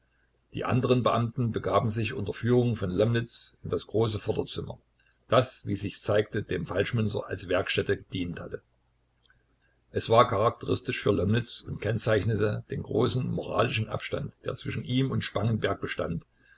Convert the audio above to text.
die anderen beamten begaben sich unter führung von lomnitz in das große vorderzimmer das wie sich zeigte dem falschmünzer als werkstätte gedient hatte es war charakteristisch für lomnitz und kennzeichnete den großen moralischen abstand der zwischen ihm und spangenberg bestand